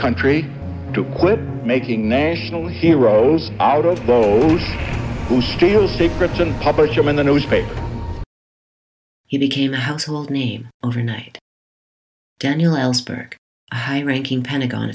country to quit making national heroes out of those who steal secrets and publish him in the newspaper he became a household name daniel ellsberg a high ranking pentagon